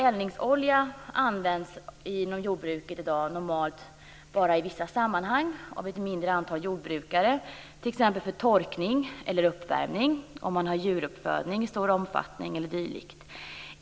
Eldningsolja används i dag inom jordbruket normalt bara i vissa sammanhang av ett mindre antal jordbrukare, t.ex. för torkning eller uppvärmning, av dem som har djuruppfödning i stor omfattning eller dylikt.